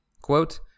Quote